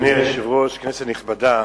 אדוני היושב-ראש, כנסת נכבדה,